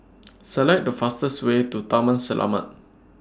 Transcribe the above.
Select The fastest Way to Taman Selamat